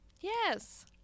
Yes